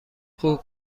خوب